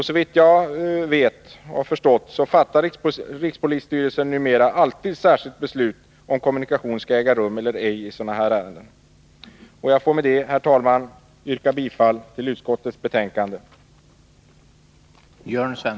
Såvitt jag har förstått fattar rikspolisstyrelsen numera alltid särskilt beslut om kommunikation skall äga rum eller ej i sådana här ärenden. Jag får med det, herr talman, yrka bifall till utskottets hemställan.